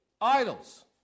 idols